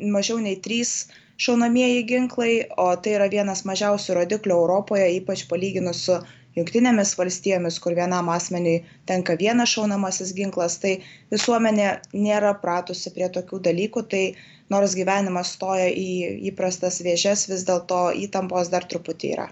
mažiau nei trys šaunamieji ginklai o tai yra vienas mažiausių rodiklių europoje ypač palyginus su jungtinėmis valstijomis kur vienam asmeniui tenka vienas šaunamasis ginklas tai visuomenė nėra pratusi prie tokių dalykų tai nors gyvenimas stoja į įprastas vėžes vis dėlto įtampos dar truputį yra